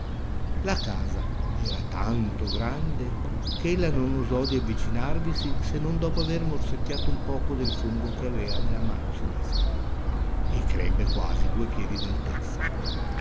la casa era tanto grande che ella non osò di avvicinarvisi se non dopo aver morsecchiato un poco del fungo che avea nella mano sinistra e crebbe quasi due piedi